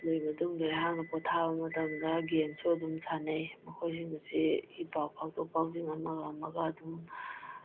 ꯑꯗꯨꯒꯤ ꯃꯇꯨꯡꯗ ꯑꯩꯍꯥꯛꯅ ꯄꯣꯊꯥꯕ ꯃꯇꯝꯗ ꯒꯦꯝꯁꯨ ꯑꯗꯨꯝ ꯁꯥꯟꯅꯩ ꯃꯈꯣꯏꯁꯤꯡꯁꯦ ꯏ ꯄꯥꯎ ꯐꯥꯎꯗꯣꯛ ꯐꯥꯎꯖꯤꯟ ꯑꯃꯒ ꯑꯃꯒ ꯑꯗꯨꯝ